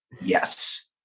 Yes